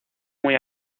muy